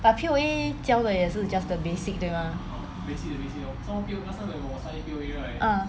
but P_O_A 教的也是 just the basic 对 mah ah